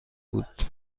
بود